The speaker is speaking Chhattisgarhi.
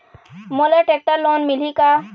मोला टेक्टर लोन मिलही का?